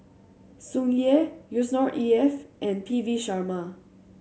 Tsung Yeh Yusnor E F and P V Sharma